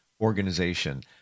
organization